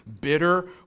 bitter